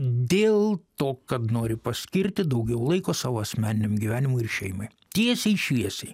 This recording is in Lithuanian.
dėl to kad nori paskirti daugiau laiko savo asmeniniam gyvenimui ir šeimai tiesiai šviesiai